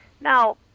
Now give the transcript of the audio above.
Now